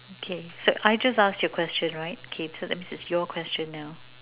okay so I just asked you a question right okay so that means it's your question now